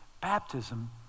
Baptism